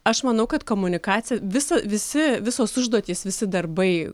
aš manau kad komunikacija visa visi visos užduotys visi darbai